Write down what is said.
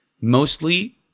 mostly